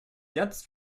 jetzt